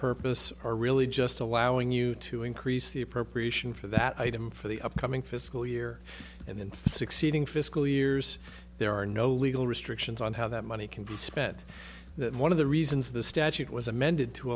purpose or really just allowing you to increase the appropriation for that item for the upcoming fiscal year and then succeeding fiscal years there are no legal restrictions on how that money can be spent that one of the reasons the statute was amended to